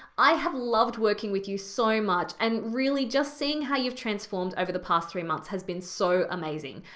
i have loved working with you so much and really just seeing how you've transformed over the past three months has been so amazing.